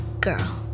girl